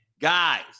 guys